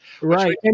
right